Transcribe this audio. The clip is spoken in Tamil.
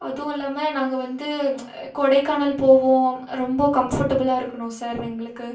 அதுவும் இல்லாமல் நாங்கள் வந்து கொடைக்கானல் போவோம் ரொம்ப கம்ஃபர்ட்டபுளாக இருக்கணும் சார் எங்களுக்கு